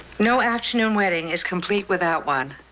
no afternoon wedding is complete without one.